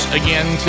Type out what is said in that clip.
again